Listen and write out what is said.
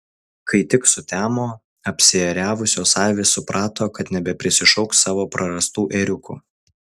kai tik sutemo apsiėriavusios avys suprato kad nebeprisišauks savo prarastų ėriukų